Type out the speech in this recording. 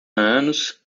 anos